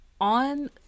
on